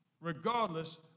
regardless